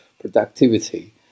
productivity